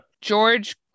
George